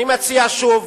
אני מציע שוב